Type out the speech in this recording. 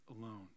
alone